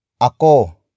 ako